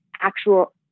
actual